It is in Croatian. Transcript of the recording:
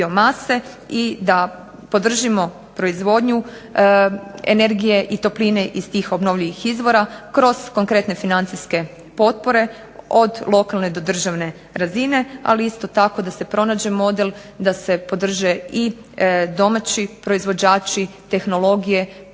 i da podržimo proizvodnju energije i topline iz tih obnovljivih izvora kroz konkretne financijske potpore od lokalne do državne razine. Ali isto tako, da se pronađe model da se podrže i domaći proizvođači tehnologije koja